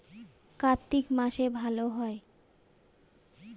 কার্তিক মাসে ভালো হয়?